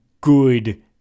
good